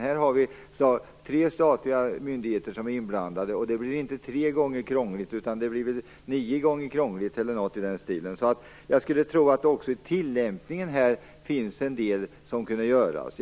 Här har vi tre statliga myndigheter som är inblandade. Det blir inte tre gånger utan nio gånger krångligare, eller någonting i den stilen. Jag skulle tro att det finns en del som kunde göras inom tillämpningen också.